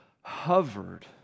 hovered